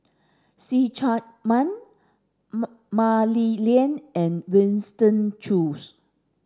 See Chak Mun Mah Li Lian and Winston Choos